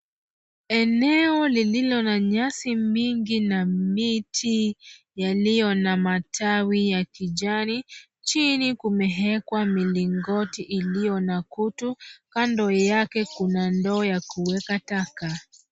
Eneo lililona nyasi mingi na miti yaliyo na matawi ya kijani. Chini kumeekwa milingoti iliyo na kutu. Kando yake kuna ndoo ya kuweka taka.